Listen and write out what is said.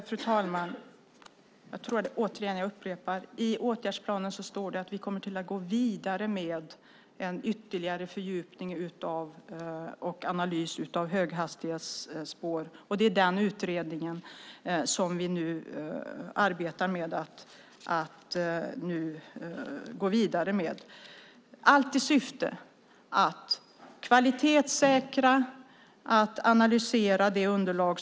Fru talman! Jag upprepar följande: I åtgärdsplanen står det att vi kommer att gå vidare med en ytterligare fördjupning och analys av höghastighetsspår. Det är den utredningen som vi nu arbetar vidare med i syfte att kvalitetssäkra och analysera Gunnar Malms underlag.